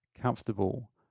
comfortable